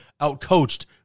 out-coached